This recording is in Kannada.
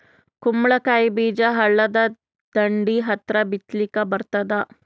ಕುಂಬಳಕಾಯಿ ಬೀಜ ಹಳ್ಳದ ದಂಡಿ ಹತ್ರಾ ಬಿತ್ಲಿಕ ಬರತಾದ?